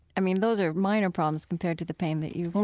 i mean, those are minor problems compared to the pain that you,